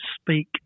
speak